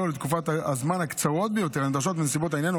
ולתקופות הזמן הקצרות ביותר הנדרשות בנסיבות העניין,